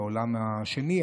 לעולם השני,